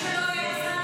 עד שלא יצאנו,